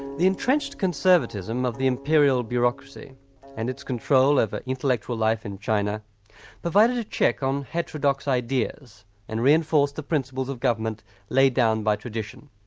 the entrenched conservatism of the imperial bureaucracy and its control over intellectual life in china provided a check on heterodox ideas and reinforced the principles of government laid down by tradition.